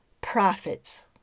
prophets